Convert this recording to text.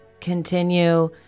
continue